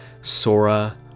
Sora